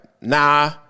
Nah